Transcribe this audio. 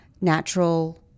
natural